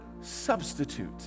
substitute